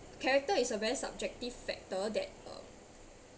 character is a very subjective factor that uh